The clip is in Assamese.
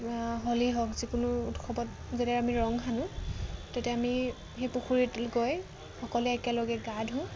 হওক যিকোনো উৎসৱত যেতিয়া আমি ৰং সানো তেতিয়া আমি সেই পুখুৰীত গৈ সকলোৱে একেলগে গা ধুওঁ